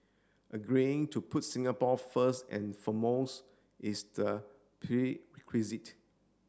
agreeing to put Singapore first and foremost is the